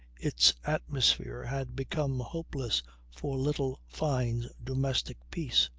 its atmosphere had become hopeless for little fyne's domestic peace.